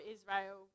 Israel